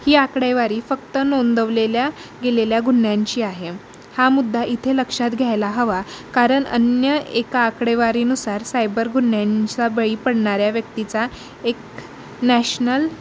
ही आकडेवारी फक्त नोंदवलेल्या गेलेल्या गुन्ह्यांची आहे हा मुद्दा इथे लक्षात घ्यायला हवा कारण अन्य एका आकडेवारीनुसार सायबर गुन्ह्यांचा बळी पडणाऱ्या व्यक्तीचा एक नॅशनल